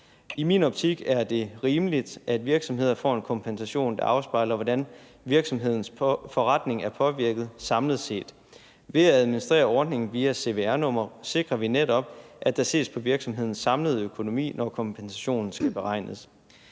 I min optik er det rimeligt, at virksomheder får en kompensation, der afspejler, hvordan virksomhedens forretning er påvirket samlet set. Ved at administrere ordningen via cvr-nummer sikrer vi netop, at der ses på virksomhedens samlede økonomi, når kompensationen skal beregnes.